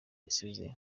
yasize